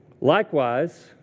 Likewise